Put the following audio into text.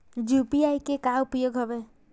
UPI के का उपयोग हवय?